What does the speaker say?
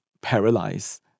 paralyze